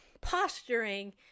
posturing